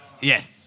Yes